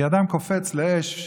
כי אדם קופץ לאש,